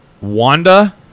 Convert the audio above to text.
Wanda